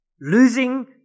Losing